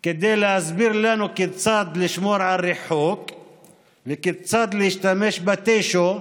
כדי להסביר לנו כיצד לשמור על ריחוק וכיצד להשתמש בטישו,